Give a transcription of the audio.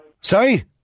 Sorry